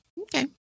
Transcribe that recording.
Okay